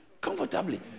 comfortably